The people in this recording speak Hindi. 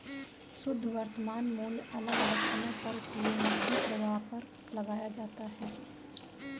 शुध्द वर्तमान मूल्य अलग अलग समय पर हुए नकदी प्रवाह पर लगाया जाता है